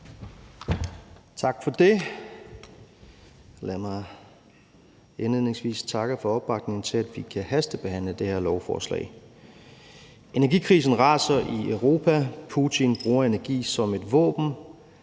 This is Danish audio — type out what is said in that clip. Tak for det. Lad mig indledningsvis takke for opbakningen til, at vi kan hastebehandle det her lovforslag. Energikrisen raser i Europa, Putin bruger energi som et våben,